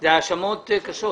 אלה האשמות קשות.